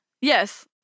yes